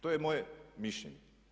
To je moje mišljenje.